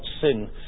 sin